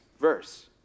verse